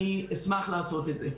אני אשמח לעשות את זה.